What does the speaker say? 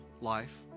life